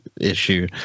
issue